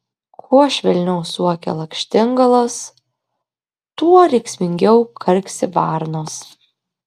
kuo švelniau suokia lakštingalos tuo rėksmingiau karksi varnos